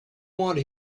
want